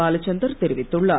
பாலசந்தர் தெரிவித்துள்ளார்